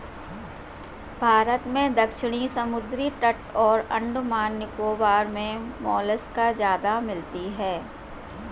भारत में दक्षिणी समुद्री तट और अंडमान निकोबार मे मोलस्का ज्यादा मिलती है